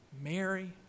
Mary